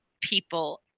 people